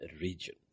region